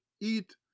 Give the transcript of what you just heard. eat